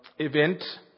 event